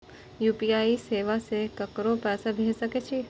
UPI सेवा से ककरो पैसा भेज सके छी?